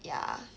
ya